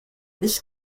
this